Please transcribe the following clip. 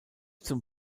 zum